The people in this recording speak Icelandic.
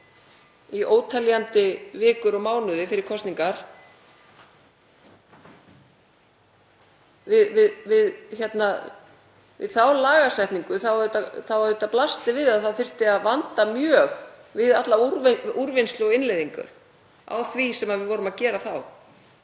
í óteljandi vikur og mánuði fyrir kosningar. Við þá lagasetningu blasti auðvitað við að það þyrfti að vanda mjög alla úrvinnslu og innleiðingar á því sem við vorum að gera þá.